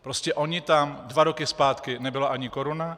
Prostě ona tam dva roky zpátky nebyla ani koruna.